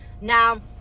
now